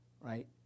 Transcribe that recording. right